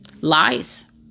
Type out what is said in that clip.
Lies